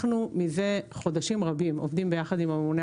זה חודשים רבים שאנחנו עובדים ביחד עם הממונה